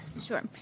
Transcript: Sure